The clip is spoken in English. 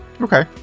Okay